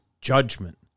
judgment